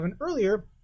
earlier